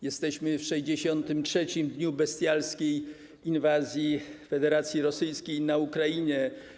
Jesteśmy w 63. dniu bestialskiej inwazji Federacji Rosyjskiej na Ukrainę.